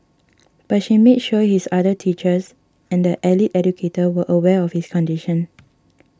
but she made sure his other teachers and the allied educator were aware of his condition